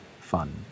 fun